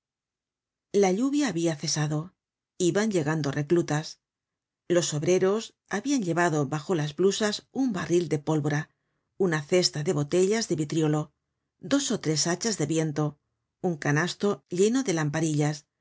la lluvia habia cesado iban llegando reclutas los obreros habian llevado bajo las blusas un barril de pólvora una cesta de botellas de vitriolo dos ó tres hachas de viento un canasto lleno de lamparillas